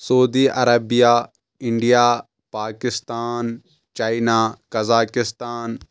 Saudi Arabia India Pakistan China Kazakhstan